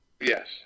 Yes